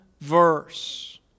verse